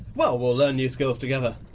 well, we'll learn new skills together.